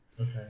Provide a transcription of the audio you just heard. okay